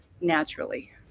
naturally